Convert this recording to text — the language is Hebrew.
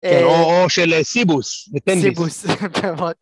או של סיבוס. סיבוס.